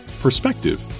Perspective